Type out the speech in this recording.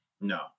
no